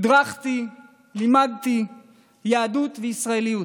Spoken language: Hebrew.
הדרכתי ולימדתי יהדות וישראליות.